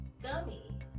dummy